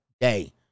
day